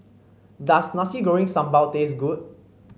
does Nasi Goreng Sambal taste good